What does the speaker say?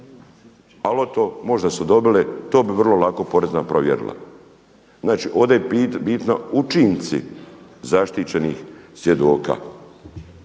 ali eto možda su dobili. To bi vrlo lako porezna provjerila. Znači ovdje je bitno učinci zaštićenih svjedoka.